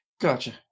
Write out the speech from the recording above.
Gotcha